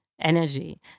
energy